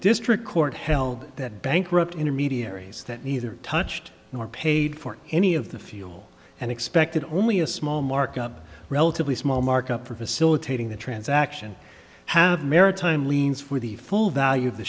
district court held that bankrupt intermediaries that neither touched nor paid for any of the fuel and expected only a small markup relatively small markup for facilitating the transaction have maritime liens for the full value